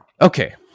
Okay